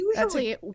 usually